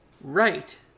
Right